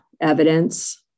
evidence